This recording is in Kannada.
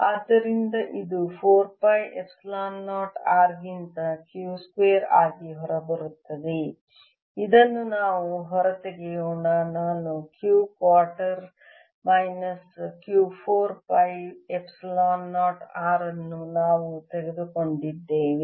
ಆದ್ದರಿಂದ ಇದು 4 ಪೈ ಎಪ್ಸಿಲಾನ್ 0 R ಗಿಂತ Q ಸ್ಕ್ವೇರ್ ಆಗಿ ಹೊರಬರುತ್ತದೆ ಇದನ್ನು ನಾವು ಹೊರತೆಗೆಯೋಣ ನಾನು 3 quarters minus Q 4 pi epsilon 0 R ಅನ್ನು ನಾವು ತೆಗೆದುಕೊಂಡಿದ್ದೇವೆ